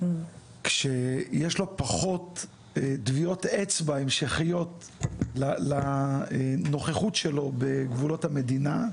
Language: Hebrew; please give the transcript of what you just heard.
כשיש לו פחות טביעות אצבע המשכיות לנוכחות שלו בגבולות המדינה,